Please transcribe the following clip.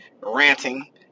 ranting